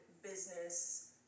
Business